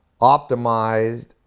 optimized